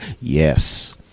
Yes